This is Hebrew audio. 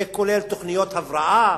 זה כולל תוכניות הבראה,